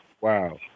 Wow